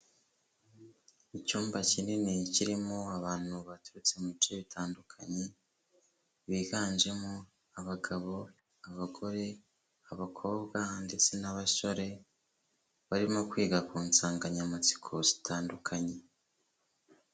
Icyumba kinini kirimo abantu baturutse mu bice bitandukanye, biganjemo abagabo, abagore, abakobwa ndetse n'abasore, barimo kwiga ku nsanganyamatsiko zitandukanye.